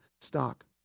stock